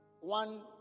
one